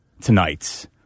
tonight